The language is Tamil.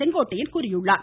செங்கோட்டையன் தெரிவித்துள்ளார்